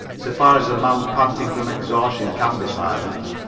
so far as a man panting from exhaustion can be silent.